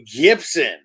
Gibson